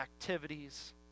activities